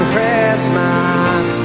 Christmas